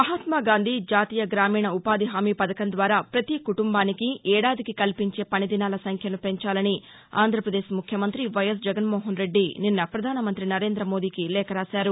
మహాత్మాగాంధీ జాతీయ గ్రామీణ ఉపాధిహామీ పథకం ద్వారా ప్రతీ కుటుంబానికి ఏడాదికి కల్పించే పనిదినాల సంఖ్యను పెంచాలని ఆంధ్రప్రదేశ్ ముఖ్యమంతి వైఎస్ జగన్మోహన్ రెడ్డి నిన్న ప్రధానమంతి నరేంద్రమోదీకి లేఖ రాశారు